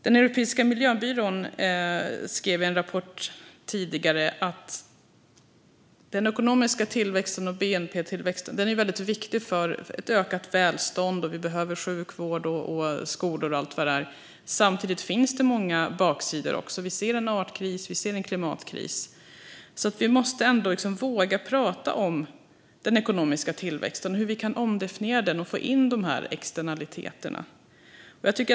Den europeiska miljöbyrån skrev tidigare i en rapport att den ekonomiska tillväxten och bnp-tillväxten är väldigt viktiga för ett ökat välstånd. Vi behöver sjukvård, skolor och allt vad det är. Samtidigt finns det också många baksidor. Vi ser en artkris och en klimatkris. Vi måste ändå våga prata om den ekonomiska tillväxten och hur vi kan omdefiniera den och få in externaliteterna.